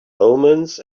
omens